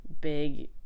big